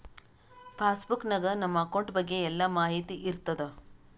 pass book ನಾಗ್ ನಮ್ account ಬಗ್ಗೆ ಎಲ್ಲಾ ಮಾಹಿತಿ ಇರ್ತಾದ